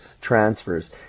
transfers